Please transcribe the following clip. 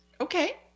Okay